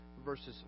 verses